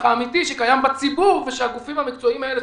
האמיתי שקיים בציבור ושהגופים המקצועיים האלה,